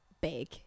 big